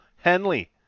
Henley